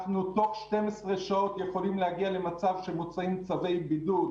אנחנו תוך 12 שעות יכולים להגיע למצב שמוסרים צווי בידוד,